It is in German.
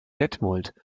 detmold